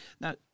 Now